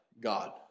God